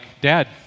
Dad